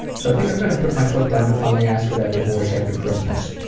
so i think i'm going to put my foot down and finally ask for that divorce after christmas.